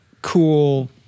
Cool